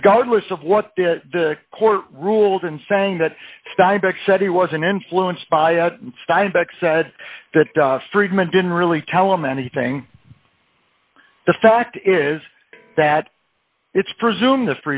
regardless of what the court ruled in saying that steinbeck said he wasn't influenced by steinbeck said that friedman didn't really tell him anything the fact is that it's presumed the